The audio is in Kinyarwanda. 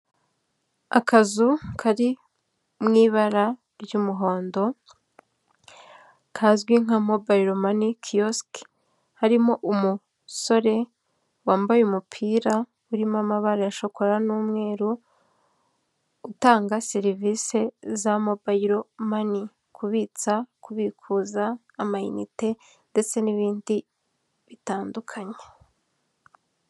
Akazu kari mu ibara ry'umuhondo, kazwi nka mobiyile mani kiyosiki, harimo umusore wambaye umupira urimo amabara ya shokora n'umweru, utanga serivisi za mobayile mani, kubitsa, kubikuza amayinite, ndetse n'ibindi bitandukanye.